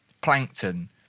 plankton